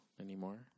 anymore